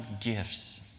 gifts